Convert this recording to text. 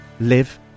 live